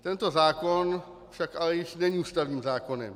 Tento zákon však ale již není ústavním zákonem.